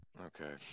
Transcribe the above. Okay